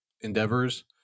endeavors